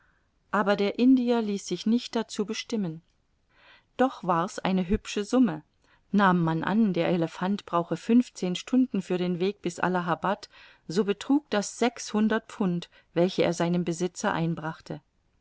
aber der indier ließ sich nicht dazu bestimmen doch war's eine hübsche summe nahm man an der elephant brauche fünfzehn stunden für den weg bis allahabad so betrug das sechshundert pfund welche er seinem besitzer einbrachte